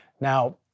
Now